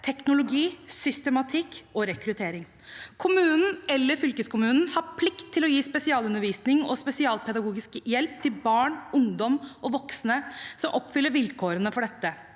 teknologi, systematikk og rekruttering. Kommunen eller fylkeskommunen har plikt til å gi spesialundervisning og spesialpedagogisk hjelp til barn, ungdom og voksne som oppfyller vilkårene for dette.